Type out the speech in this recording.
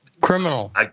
criminal